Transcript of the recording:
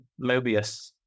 Mobius